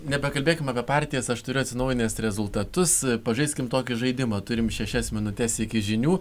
nebekalbėkim apie partijas aš turiu atsinaujinęs rezultatus pažaiskim tokį žaidimą turim šešias minutes iki žinių